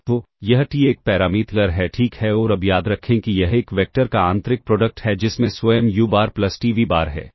तो यह t एक पैरामीटर है ठीक है और अब याद रखें कि यह एक वेक्टर का आंतरिक प्रोडक्ट है जिसमें स्वयं u बार प्लस t v बार है